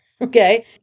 Okay